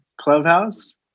clubhouse